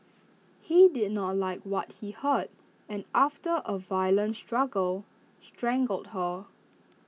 he did not like what he heard and after A violent struggle strangled her